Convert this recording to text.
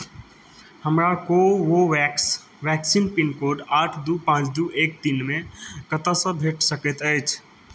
हमरा Covovax vaccine pin code आठ दू पाँच दू एक तीनमे कतयसँ भेटि सकैत अछि